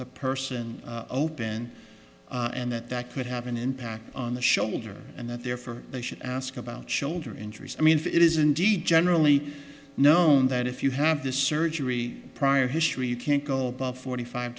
the person open and that would have an impact on the shoulder and that they're for they should ask about shoulder injuries i mean it is indeed generally known that if you have this surgery prior history you can't go above forty five